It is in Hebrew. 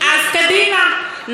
אז קדימה.